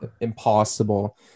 impossible